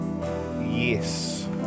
yes